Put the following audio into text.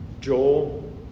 Joel